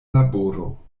laboro